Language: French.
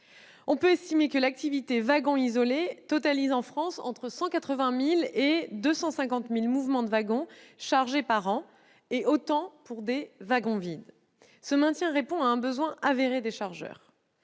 on peut estimer que l'activité de wagons isolés totalise en France entre 180 000 et 250 000 mouvements de wagons chargés par an, et autant pour des wagons vides. Ce maintien répond à un besoin avéré des chargeurs.